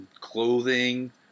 Clothing